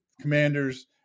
commanders